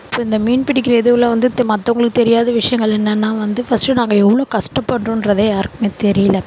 இப்போது இந்த மீன்பிடிக்கிற இதுவில் வந்து து மற்றவங்களுக்கு தெரியாத விஷயங்கள் என்னென்னால் வந்து ஃபஸ்டு நாங்கள் எவ்வளோ கஷ்டப்படுறோம்ன்றதே யாருக்குமே தெரியல